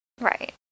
Right